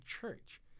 church